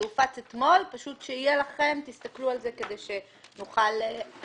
זה הופץ אתמול אבל תסתכלו על זה כדי שנוכל להתקדם.